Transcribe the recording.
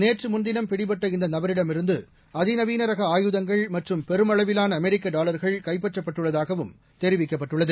நேற்று முன்தினம் பிடிபட்ட இந்த நபரிமிருந்து அதிநவீன ரக ஆயுதங்கள் மற்றும் பெருமளவிலான அமெரிக்க டாவர்கள் கைப்பற்றப்பட்டுள்ளதாகவும் தெரிவிக்கப்பட்டுள்ளது